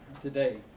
today